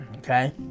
Okay